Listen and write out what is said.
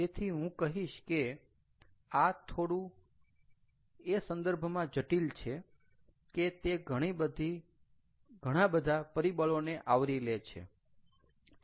તેથી હું કહીશ કે આ થોડું એ સંદર્ભમાં જટિલ છે કે તે ઘણી બધી પરિબળોને આવરી લે છે